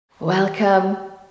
Welcome